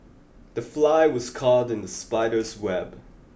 the fly was caught in the spider's web